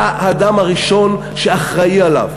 אתה האדם הראשון שאחראי עליו.